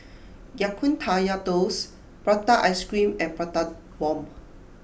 Ya Kun Kaya Toast Prata Ice Cream and Prata Bomb